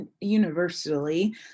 universally